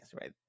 right